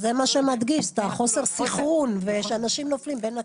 זה מה שמדגיש את חוסר הסנכרון ושאנשים נופלים בין הכיסאות.